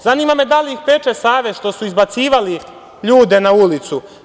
Zanima me da li ih peče savest što su izbacivali ljude na ulicu.